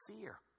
fear